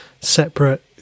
separate